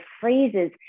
phrases